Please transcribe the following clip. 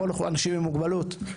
אם יש היום הגנות בחוק על אנשים עובדים,